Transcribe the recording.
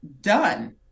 done